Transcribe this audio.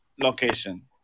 location